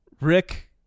Rick